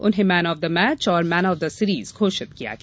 उन्हें man of the match और man of the series घोषित किया गया